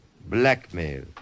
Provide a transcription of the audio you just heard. Blackmail